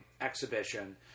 exhibition